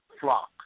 flock